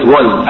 one